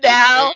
now